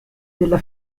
della